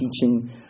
teaching